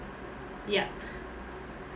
yup